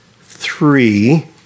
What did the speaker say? three